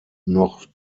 noch